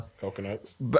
Coconuts